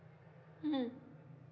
mmhmm